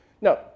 Now